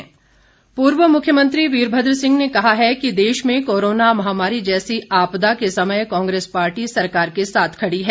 वीरभद्र पूर्व मुख्यमंत्री वीरभद्र सिंह ने कहा है कि देश में कोरोना महामारी जैसी आपदा के समय कांग्रेस पार्टी सरकार के साथ खड़ी है